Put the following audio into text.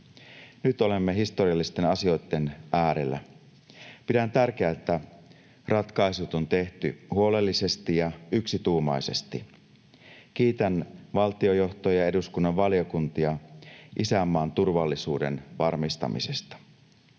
Nyt olemme historiallisten asioitten äärellä. Pidän tärkeänä, että ratkaisut on tehty huolellisesti ja yksituumaisesti. Kiitän valtionjohtoa ja eduskunnan valiokuntia isänmaan turvallisuuden varmistamisesta.